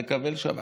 לקבל שבת.